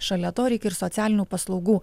šalia to reikia ir socialinių paslaugų